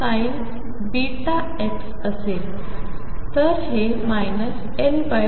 साठीsin βx असेल तर हे L2आहे